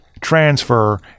transfer